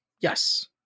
Yes